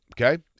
Okay